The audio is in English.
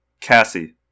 Cassie